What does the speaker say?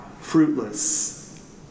fruitless